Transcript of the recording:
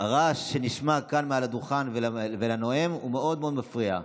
הרעש שנשמע כאן מעל הדוכן ולנואם מאוד מאוד מפריע.